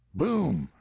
boom!